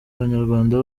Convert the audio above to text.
abanyarwanda